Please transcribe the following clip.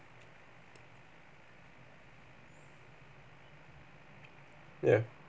ya